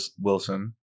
Wilson